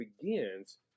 begins